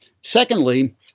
Secondly